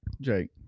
Jake